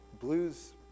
blues